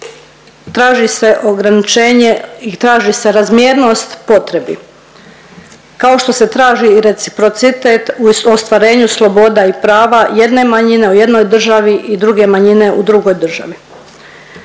traži se ograničenje i traži se razmjernost potrebi kao što se traži i reciprocitet u ostvarenju sloboda i prava jedne manjine u jednoj državi i druge manjine u drugoj državi.